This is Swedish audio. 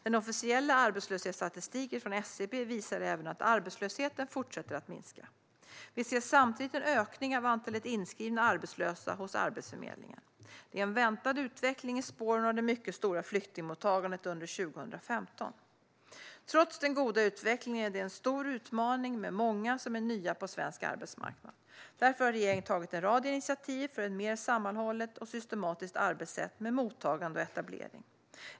Den officiella arbetslöshetsstatistiken från SCB visar även att arbetslösheten fortsätter att minska. Vi ser samtidigt en ökning av antalet inskrivna arbetslösa hos Arbetsförmedlingen. Det är en väntad utveckling i spåren av det mycket stora flyktingmottagandet under 2015. Trots den goda utvecklingen är det en stor utmaning med många som är nya på svensk arbetsmarknad. Därför har regeringen tagit en rad initiativ för ett mer sammanhållet och systematiskt arbetssätt med mottagande och etablering.